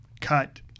cut